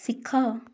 ଶିଖ